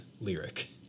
lyric